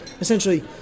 essentially